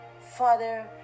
Father